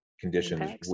conditions